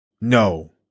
No